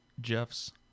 Jeff's